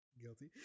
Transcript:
guilty